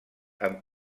amb